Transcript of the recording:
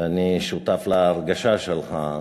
ואני שותף להרגשה שלך,